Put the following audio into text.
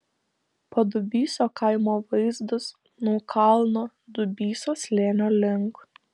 padubysio kaimo vaizdas nuo kalno dubysos slėnio link